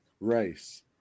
rice